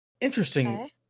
Interesting